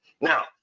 Now